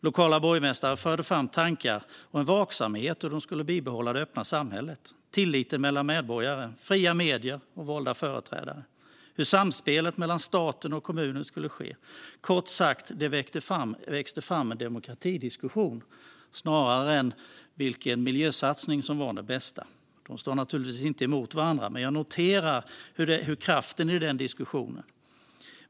Lokala borgmästare förde fram tankar och en vaksamhet om hur de skulle bibehålla det öppna samhället, tilliten mellan medborgare, fria medier och valda företrädare. Det talades om hur samspelet mellan staten och kommunerna skulle ske. Kort sagt växte en demokratidiskussion fram snarare än en diskussion om vilken miljösatsning som var den bästa. De står naturligtvis inte emot varandra, men jag noterar kraften i diskussionen.